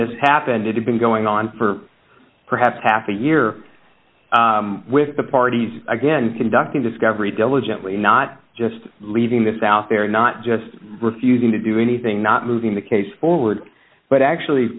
this happened it had been going on for perhaps half a year with the parties again conducting discovery diligently not just leaving this out there not just refusing to do anything not moving the case forward but actually